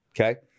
Okay